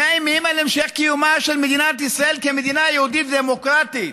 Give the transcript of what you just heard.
מאיימים על המשך קיומה של מדינת ישראל כמדינה יהודית דמוקרטית.